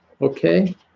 Okay